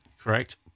Correct